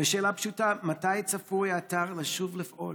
והשאלה פשוטה: מתי צפוי האתר לשוב לפעול?